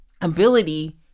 ability